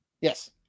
Yes